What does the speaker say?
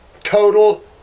Total